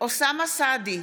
אוסאמה סעדי,